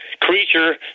creature